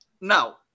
Now